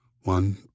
one